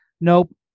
nope